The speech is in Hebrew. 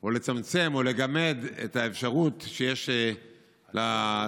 או לצמצם או לגמד את האפשרות שיש לציבור